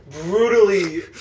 brutally